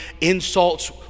insults